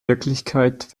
wirklichkeit